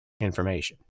information